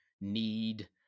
need